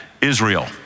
Israel